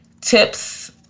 tips